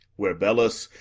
where belus,